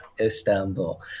Istanbul